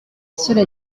cela